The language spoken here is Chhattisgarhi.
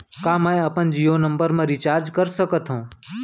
का मैं अपन जीयो नंबर म रिचार्ज कर सकथव?